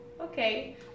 okay